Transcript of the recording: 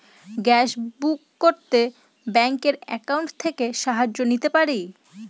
Gas book করতে ব্যাংকের account থেকে সাহায্য নিতে পারি?